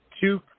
two